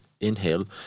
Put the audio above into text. Inhale